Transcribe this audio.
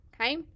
okay